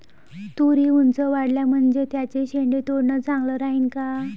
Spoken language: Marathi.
तुरी ऊंच वाढल्या म्हनजे त्याचे शेंडे तोडनं चांगलं राहीन का?